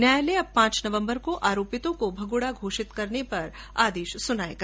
न्यायालय अब पांच नवम्बर को आरोपितो को भगोडा घोषित करने पर आदेश सुनायेगा